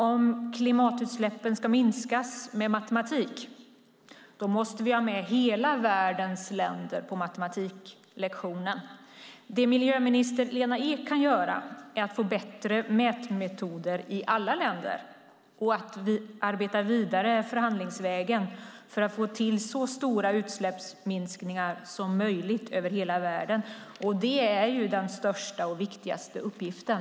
Om klimatutsläppen ska minskas med matematik måste vi ha med alla världens länder på matematiklektionen. Det miljöminister Lena Ek kan göra är att se till att man får bättre mätmetoder i alla länder och arbeta vidare förhandlingsvägen för att få till så stora utsläppsminskningar som möjligt över hela världen. Det är den största och viktigaste uppgiften.